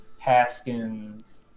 Haskins